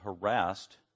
harassed